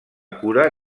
cura